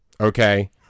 okay